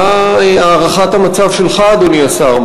מה הערכת המצב שלך, אדוני השר?